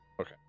Okay